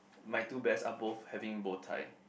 my two bears are both having bow ties